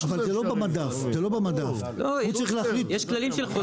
אבל זה לא במדף, יש כללים של חוזים.